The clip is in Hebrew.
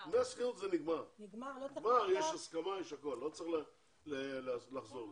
יש הסכמה, יש הכול, לא צריך לחזור לזה.